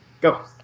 Go